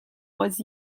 was